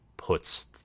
puts